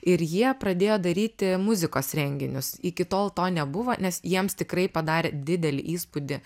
ir jie pradėjo daryti muzikos renginius iki tol to nebuvo nes jiems tikrai padarė didelį įspūdį